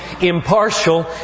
impartial